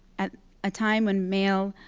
at a time when male,